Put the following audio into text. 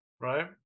right